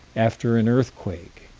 after an earthquake